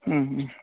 उम उम